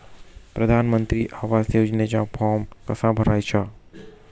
प्रधानमंत्री आवास योजनेचा फॉर्म कसा भरायचा?